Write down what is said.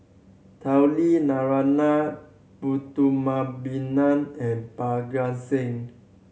Tao Li Narana Putumaippittan and Parga Singh